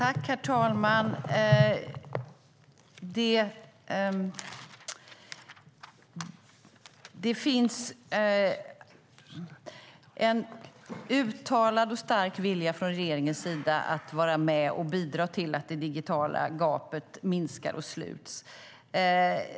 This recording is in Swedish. Herr talman! Det finns en uttalad och stark vilja från regeringens sida att vara med och bidra till att det digitala gapet minskar och sluts.